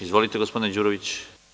Izvolite gospodine Đuroviću.